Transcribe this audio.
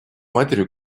матерью